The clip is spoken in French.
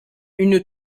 une